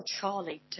Charlie